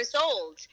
old